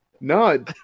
No